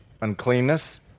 uncleanness